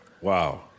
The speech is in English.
Wow